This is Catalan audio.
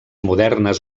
modernes